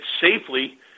safely